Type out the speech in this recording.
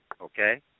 Okay